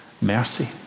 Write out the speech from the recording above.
mercy